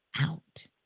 out